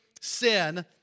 sin